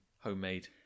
homemade